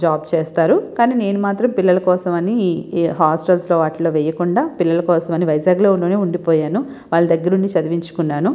ఆ జాబ్ చేస్తారు కానీ నేను మాత్రం పిల్లల కోసమని హాస్టల్స్ లో వాటిలో వేయకుండా పిల్లలకోసమని వైజాగ్ లోనే ఉండిపోయాను వాళ్ళ దగ్గర ఉండి చదివించుకున్నాను